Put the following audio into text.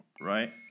Right